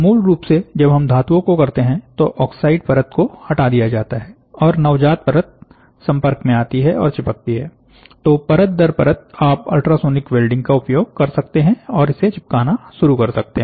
मूल रूप से जब हम धातुओं को करते हैं तो ऑक्साइड परत को हटा दिया जाता है और नवजात परत संपर्क में आती है और चिपकती है तो परत दर परत आप अल्ट्रासोनिक वेल्डिंग का उपयोग कर सकते हैं और इसे चिपकाना शुरु कर सकते हैं